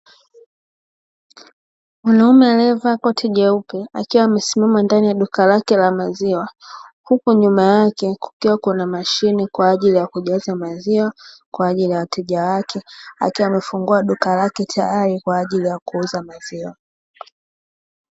Mwanaume aliyevaa koti jeupe, akiwa amesimama ndani ya duka lake la maziwa, huku nyuma yake kukiwa kuna mashine kwa ajili ya kujaza maziwa kwa ajili ya wateja wake, akiwa amefungua duka lake tayari kwa ajili ya kuuza maziwa.